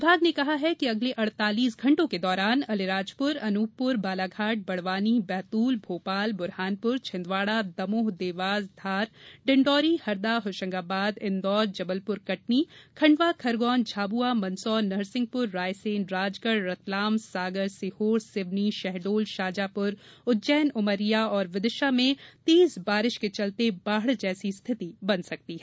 विभाग ने कहा है कि अगले अड़तालीस घण्टों के दौरान अलीराजपुर अनुपपुर बालाघाट बड़वानी बैतूल भोपाल ब्रहानपुरछिंदवाड़ा दमोह देवास धार डिण्डौरी हरदा होशंगाबाद इंदौर जबलपुर कटनी खण्डवा खरगौन झाबुआ मंदसौर नरसिंहपुर रायसेन राजगढ़ रतलाम सागर सीहोर सिवनी शहडोल शाजापुर उज्जैन उमरिया और विदिशा में तेज बारिश के चलते बाढ़ जैसी स्थिति बन सकती है